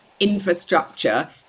infrastructure